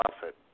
Buffett